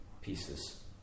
pieces